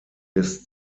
des